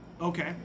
Okay